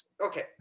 Okay